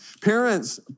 parents